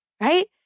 Right